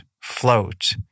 float